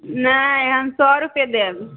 नहि हम सए रूपैये देब